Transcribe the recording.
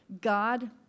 God